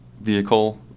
vehicle